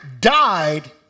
died